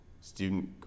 student